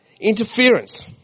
interference